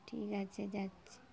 ঠিক আছে যাচ্ছি